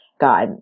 God